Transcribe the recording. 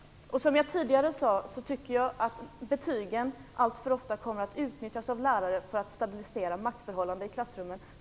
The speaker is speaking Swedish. Som jag tidigare sade tycker jag att betygen alltför ofta utnyttjas av lärare för att stabilisera maktförhållanden i klassrummen.